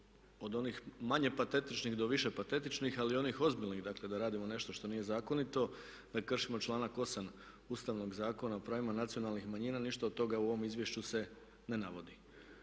od onih manje patetičnih do više patetičnih ali i onih ozbiljnih dakle da radimo nešto što nije zakonito, da kršimo članak 8. Ustavnog zakona o pravima nacionalnih manjina, ništa od toga u ovom izvješću se ne navodi.